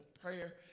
prayer